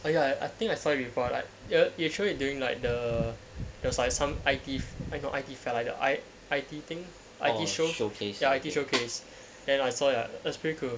I I think I saw before like you you throw it during like the those like some eye teeth I got it felt like the I I think I_T show showcase your I_T showcase and I saw your a spiritual